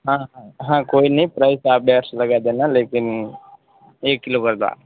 हाँ हाँ हाँ कोई नहीं प्राइस आप बेस्ट लगा देना लेकिन एक किलो कर दो आप